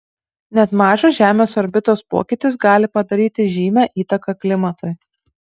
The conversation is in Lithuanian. net mažas žemės orbitos pokytis gali padaryti žymią įtaką klimatui